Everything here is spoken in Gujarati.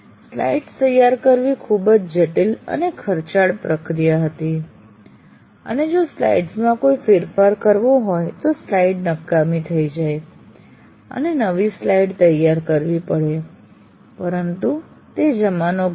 સ્લાઇડ્સ તૈયાર કરવી ખૂબ જ જટિલ અને ખર્ચાળ પ્રક્રિયા હતી અને જો સ્લાઇડ માં કોઈ ફેરફાર કરવો હોય તો સ્લાઇડ નકામી થઇ જાય અને નવી સ્લાઇડ તૈયાર કરવી પડે પરંતુ તે જમાનો ગયો